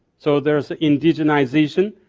so there's indigenization.